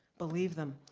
believe them.